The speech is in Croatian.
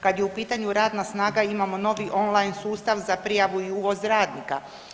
Kad je u pitanju radna snaga imamo novi online sustav za prijavu i uvoz radnika.